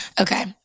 Okay